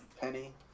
Penny